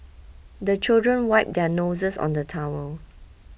the children wipe their noses on the towel